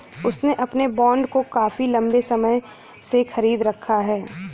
उसने अपने बॉन्ड को काफी लंबे समय से खरीद रखा है